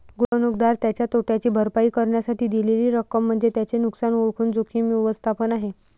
गुंतवणूकदार त्याच्या तोट्याची भरपाई करण्यासाठी दिलेली रक्कम म्हणजे त्याचे नुकसान ओळखून जोखीम व्यवस्थापन आहे